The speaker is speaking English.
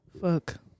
Fuck